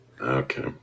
okay